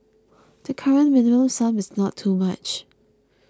the current Minimum Sum is not too much